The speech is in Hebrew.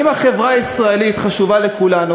אם החברה הישראלית חשובה לכולנו,